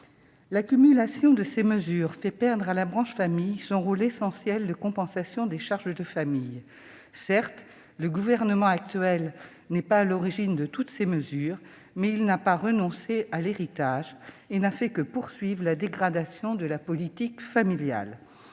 L'accumulation de ces mesures fait perdre à la branche famille son rôle essentiel de compensation des charges de famille. Certes, le gouvernement actuel n'est pas à l'origine de toutes ces mesures, mais il n'a pas renoncé à l'héritage et n'a fait que poursuivre la dégradation de la politique familiale.